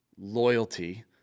loyalty